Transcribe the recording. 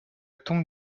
tombe